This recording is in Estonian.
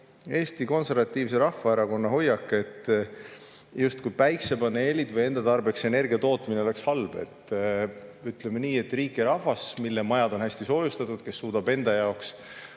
Eesti Konservatiivse Rahvaerakonna hoiak, justkui päikesepaneelid või enda tarbeks energia tootmine oleks halb. Ütleme nii, et riik, kelle rahva majad on hästi soojustatud ja kes suudab enda jaoks